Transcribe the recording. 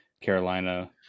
Carolina